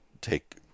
take